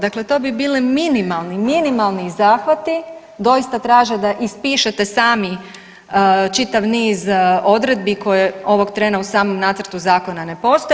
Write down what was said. Dakle, to bi bili minimalni, minimalni zahvati, doista traže da ispišete sami čitav niz odredbi koje ovog trena u samom nacrtu zakona ne postoje.